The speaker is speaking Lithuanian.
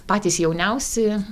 patys jauniausi